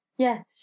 Yes